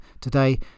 Today